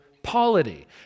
Polity